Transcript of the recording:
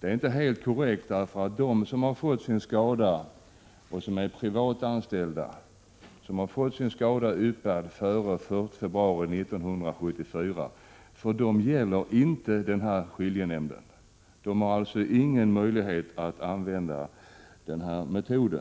Det är inte helt korrekt, eftersom privatanställda som fått sin skada yppad före den 1 februari 1974 inte omfattas av detta skiljenämndsförfarande. De har alltså ingen möjlighet att använda denna metod.